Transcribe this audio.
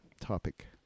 topic